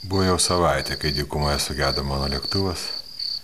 buvo jau savaitė kai dykumoje sugedo mano lėktuvas